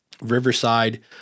Riverside